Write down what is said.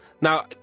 Now